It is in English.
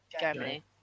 Germany